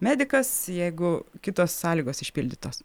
medikas jeigu kitos sąlygos išpildytos